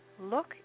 Look